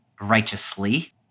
righteously